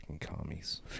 commies